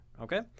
okay